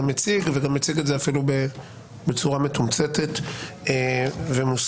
הציג את זה אפילו בצורה מתומצתת ומוסכמת,